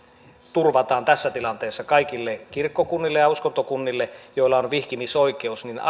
turvataan tässä tilanteessa kaikille kirkkokunnille ja uskontokunnille joilla on vihkimisoikeus